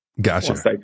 Gotcha